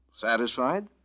Satisfied